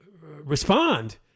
respond